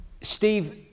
Steve